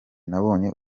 nabonye